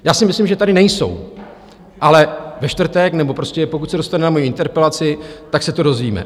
Já si myslím, že tady nejsou, ale ve čtvrtek nebo prostě pokud se dostane na moji interpelaci, tak se to dozvíme.